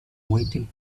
waiting